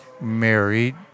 married